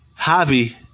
Javi